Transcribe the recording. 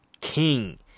king